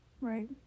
Right